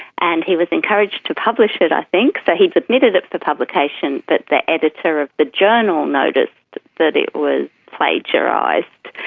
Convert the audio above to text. and he was encouraged to publish it i think. so he submitted it for publication, but the editor of the journal noticed that it was plagiarised,